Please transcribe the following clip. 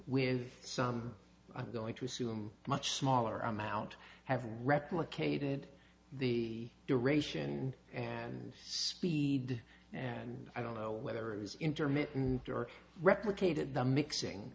with some i'm going to assume much smaller amount have replicated the duration and speed and i don't know whether it was intermittent or replicated the mixing